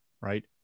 right